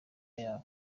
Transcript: yabo